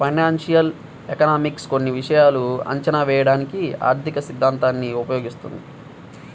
financial economics కొన్ని విషయాలను అంచనా వేయడానికి ఆర్థికసిద్ధాంతాన్ని ఉపయోగిస్తుంది